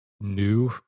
new